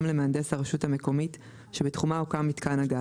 גם למהנדס הרשות המקומית שבתחומה הוקם מיתקן הגז,